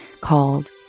called